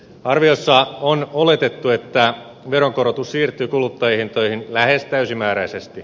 arviossa on oletettu että veronkorotus siirtyy kuluttajahintoihin lähes täysimääräisesti